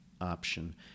option